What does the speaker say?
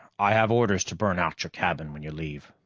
i have orders to burn out your cabin when you leave.